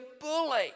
bully